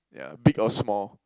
yeah big or small